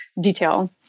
detail